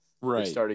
Right